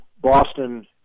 Boston